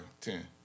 Ten